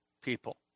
people